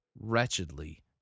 wretchedly